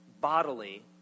bodily